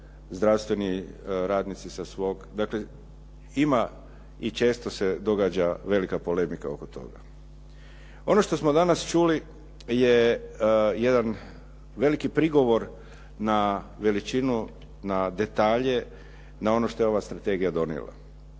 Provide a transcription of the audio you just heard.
zdravstveni radnici sa svog, dakle ima i često se događa velika polemika oko toga. Ono što smo danas čuli je jedan veliki prigovor na veličinu, na detalje, na ono što je ova strategija donijela,